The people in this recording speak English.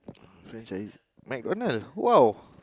friends like this McDonald's !wow!